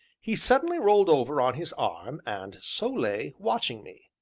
he suddenly rolled over on his arm, and so lay, watching me.